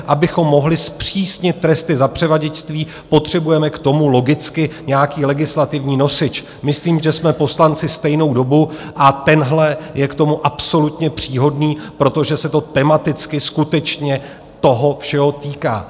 Abychom mohli zpřísnit tresty za převaděčství, potřebujeme k tomu logicky nějaký legislativní nosič myslím, že jsme poslanci stejnou dobu a tenhle je k tomu absolutně příhodný, protože se to tematicky skutečně toho všeho týká.